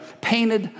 painted